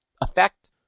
effect